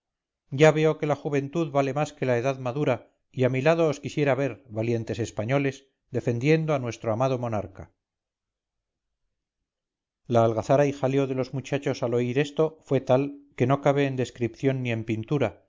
ya veo que la juventud vale más que la edad madura y a mi lado os quisiera ver valientes españoles defendiendo a nuestro amado monarca la algazara y jaleo de los muchachos al oír esto fue tal que no cabe en descripción ni en pintura